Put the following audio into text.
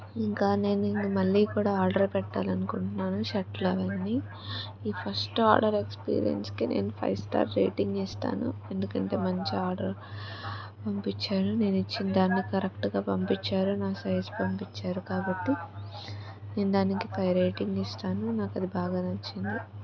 ఇంకా నేను మళ్ళీ కూడా ఆర్డర్ పెట్టాలనుకుంటున్నాను షర్ట్లు అవన్నీ ఈ ఫస్ట్ ఆర్డర్ ఎక్స్పీరియన్స్కే నేను ఫైవ్ స్టార్ రేటింగ్ ఇస్తాను ఎందుకంటే మంచి ఆర్డర్ పంపించారు నేను ఇచ్చిన దాన్ని కరెక్ట్గా పంపించారు నా సైజు పంపించారు కాబట్టి నేను దానికి ఫైవ్ రేటింగ్ ఇస్తాను నాకది బాగా నచ్చింది